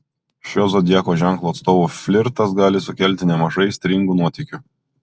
šio zodiako ženklo atstovų flirtas gali sukelti nemažai aistringų nuotykių